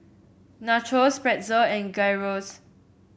Nachos Pretzel and Gyros